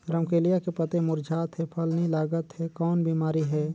रमकलिया के पतई मुरझात हे फल नी लागत हे कौन बिमारी हे?